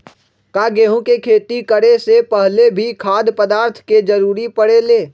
का गेहूं के खेती करे से पहले भी खाद्य पदार्थ के जरूरी परे ले?